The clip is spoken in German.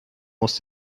muss